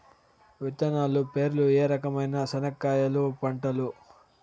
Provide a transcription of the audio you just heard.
విత్తనాలు పేర్లు ఏ రకమైన చెనక్కాయలు పంటలు?